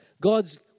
God's